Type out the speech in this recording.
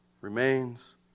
remains